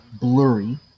blurry